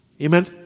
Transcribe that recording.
Amen